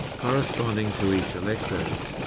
corresponding to each electrode.